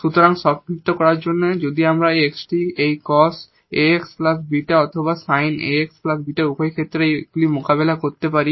সুতরাং সংক্ষিপ্ত করার জন্য যদি এই x টি এই cos 𝛼𝑥 𝛽 অথবা sin 𝛼𝑥 𝛽 উভয় ক্ষেত্রেই আমরা এইগুলি মোকাবিলা করতে পারি